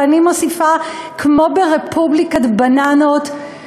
ואני מוסיפה: כמו ברפובליקת בננות,